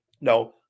No